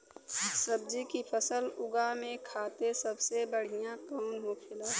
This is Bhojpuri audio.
सब्जी की फसल उगा में खाते सबसे बढ़ियां कौन होखेला?